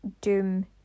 doom